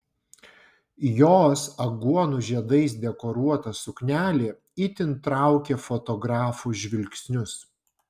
jos aguonų žiedais dekoruota suknelė itin traukė fotografų žvilgsnius